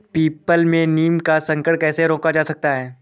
People में नीम का संकरण कैसे रोका जा सकता है?